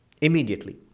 immediately